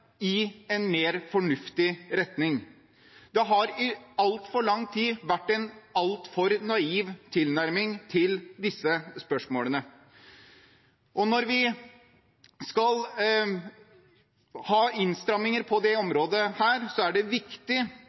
i en mer fornuftig retning. I altfor lang tid har det vært en altfor naiv tilnærming til disse spørsmålene. Når vi skal ha innstramminger på dette området, er det viktig